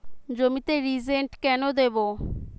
জমিতে রিজেন্ট কেন দেবো?